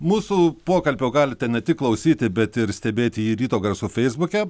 mūsų pokalbio galite ne tik klausyti bet ir stebėti jį ryto garsų feisbuke